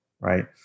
right